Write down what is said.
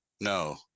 No